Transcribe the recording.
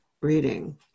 reading